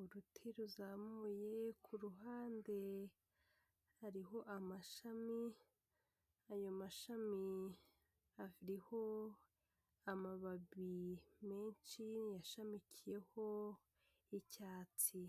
uruti ruzamuye, ku ruhande hariho amashami, ayo mashami ariho amababi menshi yashamikiyeho y'icyatsi.